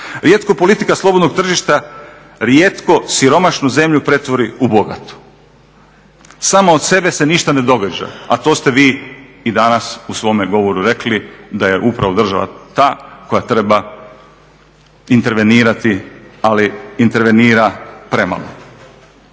Rijetko politika slobodnog tržišta rijetko siromašnu zemlju pretvori u bogatu. Samo od sebe se ništa ne događa, a to ste vi i danas u svome govoru rekli da je upravo država ta koja treba intervenirati, ali intervenira premalo.